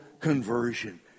conversion